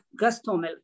Gastomel